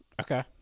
Okay